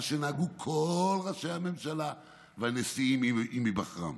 מה שנהגו כל ראשי הממשלה והנשיאים עם היבחרם.